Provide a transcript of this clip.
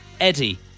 Eddie